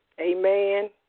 Amen